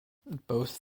both